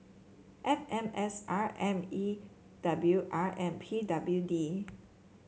F M S R M E W R and P W D